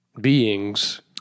beings